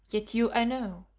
yet you i know.